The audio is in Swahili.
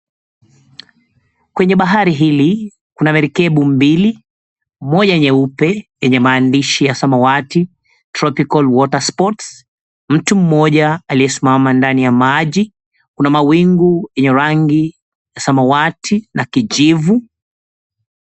Kwenye bahari hili kuna merikebu mbili, moja nyeupe yenye maandishi ya samawati, "Tropical Watersports". Mtu mmoja aliyesimama ndani ya maji. Kuna mawingu yenye rangi ya samawati na kijivu.